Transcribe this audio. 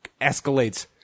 escalates